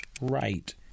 right